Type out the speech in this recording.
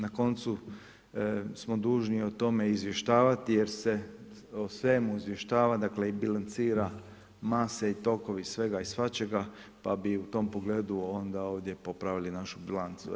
Na koncu smo dužni o tome izvještavati jer se o svemu izvještava i bilancira masa i tokovi svega i svačega pa bi u tom pogledu ovdje popravili našu bilancu.